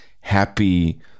happy